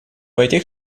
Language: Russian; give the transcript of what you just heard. этих